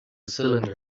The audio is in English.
cylinder